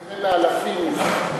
אלפים.